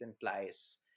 implies